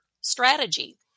strategy